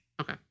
Okay